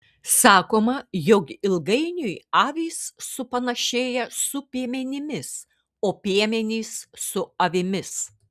sakoma jog ilgainiui avys supanašėja su piemenimis o piemenys su avimis